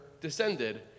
descended